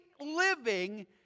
living